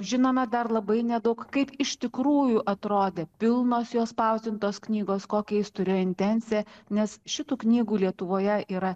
žinome dar labai nedaug kaip iš tikrųjų atrodė pilnos jo spausdintos knygos kokią jis turėjo intenciją nes šitų knygų lietuvoje yra